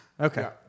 Okay